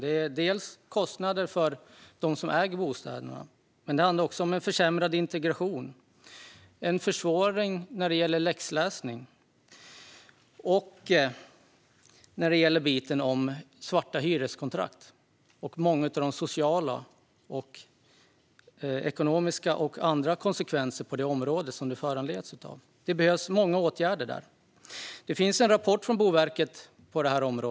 Det medför kostnader för dem som äger bostäderna men också en försämrad integration, svårare läxläsning, svarta hyreskontrakt och många sociala, ekonomiska och andra konsekvenser. Det behövs många åtgärder där. Det finns en rapport på området från Boverket.